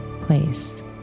place